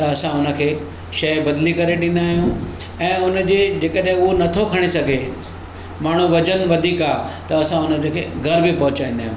त असां हुनखे शइ बदिली करे ॾींदा आहियूं ऐं हुनजी जे कॾहिं हू नथो खणी सघे माण्हू वज़नु वधीक आहे त असां हुन जेके घर बि पहुंचाईंदा आहियूं